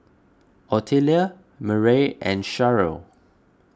Ottilia Murray and Sharyl